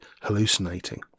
hallucinating